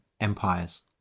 empires